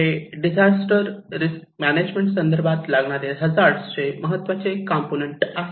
हे disaster risk management संदर्भात लागणारे हजार्ड चे महत्त्वाचे कॉम्पोनन्ट आहेत